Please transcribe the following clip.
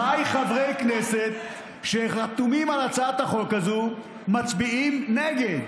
ח"י חברי כנסת שחתומים על הצעת החוק הזו מצביעים נגד.